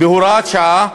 בהוראת שעה,